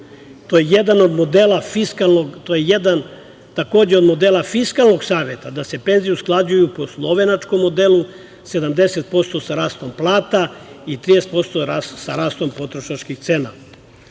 To je jedan, takođe, od modela fiskalnog saveta da se penzije usklađuju po slovenačkom modelu – 70% sa rastom plata i 30% sa rastom potrošačkih cena.